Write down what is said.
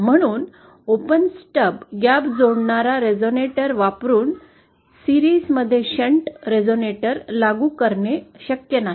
म्हणून open stub gap ने जोडणारा रेझोनेटर वापरुन शृंखला मध्ये शंट रेझोनेटर लागू करणे शक्य नाही